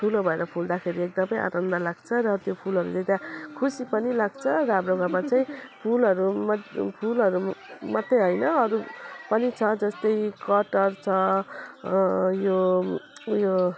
ठुलो भएर फुल्दाखेरि एकदमै आनन्द लाग्छ र त्यो फुलहरूले त खुसी पनि लाग्छ र हाम्रो घरमा चाहिँ फुलहरू म फुलहरू मात्रै हैन अरू पनि छ जस्तै कटहर छ यो ऊ यो